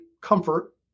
comfort